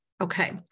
Okay